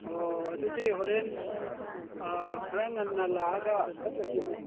ꯑꯣ ꯑꯗꯨꯗꯤ ꯍꯣꯔꯦꯟ ꯑꯥ ꯈꯔ ꯉꯟꯅ ꯂꯥꯛꯂꯒ ꯆꯠꯂꯁꯤꯅꯦ